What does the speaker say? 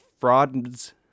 Frauds